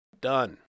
done